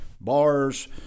bars